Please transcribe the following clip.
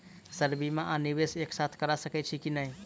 Sir बीमा आ निवेश एक साथ करऽ सकै छी की न ई?